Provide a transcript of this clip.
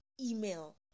email